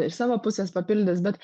iš savo pusės papildys bet